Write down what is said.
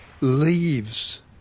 leaves